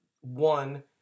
one